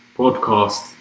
podcast